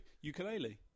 Ukulele